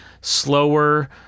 slower